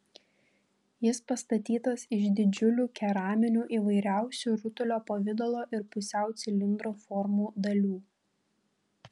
jis pastatytas iš didžiulių keraminių įvairiausių rutulio pavidalo ir pusiau cilindro formų dalių